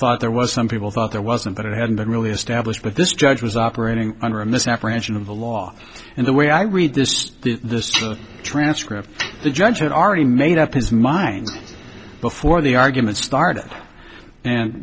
thought there was some people thought there wasn't but it hadn't been really established but this judge was operating under a misapprehension of the law and the way i read this transcript the judge had already made up his mind before the arguments started and